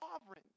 sovereign